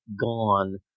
gone